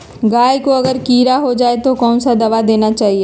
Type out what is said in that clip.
गाय को अगर कीड़ा हो जाय तो कौन सा दवा देना चाहिए?